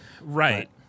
Right